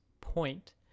point